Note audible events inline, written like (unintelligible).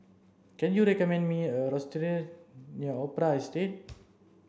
can you recommend me a (unintelligible) near Opera Estate